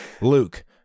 Luke